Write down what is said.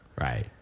Right